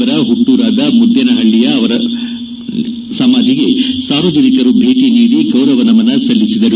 ಅವರ ಹುಟ್ಟೂರಾದ ಮುದ್ಗೇನಹಳ್ಳಿಯ ಅವರ ಸಮಾಧಿಗೆ ಸಾರ್ವಜನಿಕರು ಭೇಟಿ ನೀಡಿ ಗೌರವ ನಮನ ಸಲ್ಲಿಸಿದರು